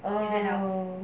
oh